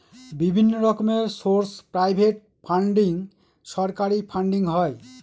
বিভিন্ন রকমের source private funding, সরকারি ফান্ডিং হয়